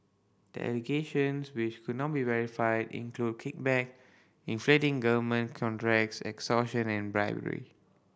the allegations which could not be verified include kickback inflating government contracts extortion and bribery